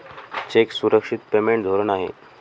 check सुरक्षित payment धोरण आहे